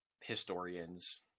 historians